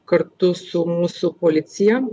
kartu su mūsų policija